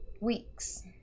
weeks